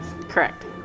Correct